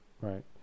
Right